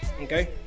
Okay